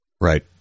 Right